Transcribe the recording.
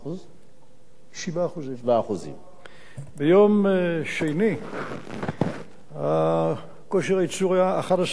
7%. 7%. ביום שני כושר הייצור היה 11,750,